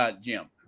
Jim